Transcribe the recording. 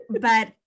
but-